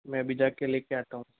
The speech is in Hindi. मैं अभी जाके लेके आता हूँ